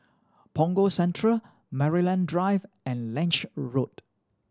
Punggol Central Maryland Drive and Lange Road